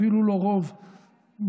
אפילו לא רוב מספרי.